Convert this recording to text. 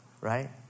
Right